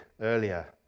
earlier